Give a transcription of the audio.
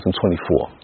2024